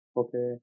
okay